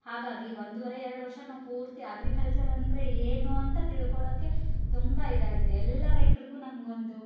ಹಾಗಾಗಿ ಒಂದುವರೆ ಎರ್ಡು ವರ್ಷ ನಾವು ಪೂರ್ತಿ ಅಗ್ರಿಕಲ್ಚರ್ ಅಂದರೆ ಏನು ಅಂತ ತಿಳ್ಕೊಳ್ಳೋಕೆ ತುಂಬ ಇದಾಯಿತು ಎಲ್ಲ ರೈತರಿಗೂ ನಮಗೊಂದು